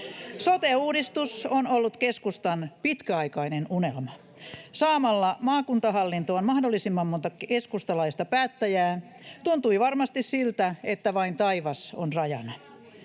Sote-uudistus on ollut keskustan pitkäaikainen unelma. Saamalla maakuntahallintoon mahdollisimman monta keskustalaista päättäjää tuntui varmasti siltä, että vain taivas on rajana.